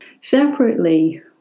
Separately